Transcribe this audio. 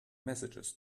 messages